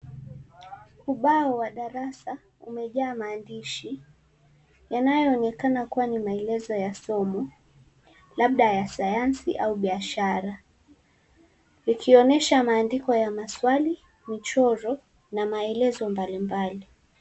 Ubao wa darasa umejaa maandihi yanayoonekana ni maelezo ya somo, labda ya sayansi au biashara, vikionyesha maandiko ya maswali, mchoro na maelezo mbalimbali.